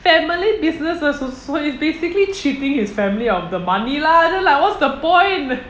family business uh so it's basically cheating his family out of the money lah then like what's the point